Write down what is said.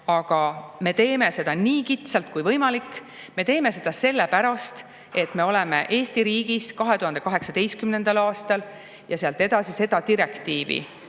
aga me teeme seda nii kitsalt kui võimalik. Me teeme seda sellepärast, et me oleme Eesti riigis 2018. aastal ja ka edaspidi selle direktiivi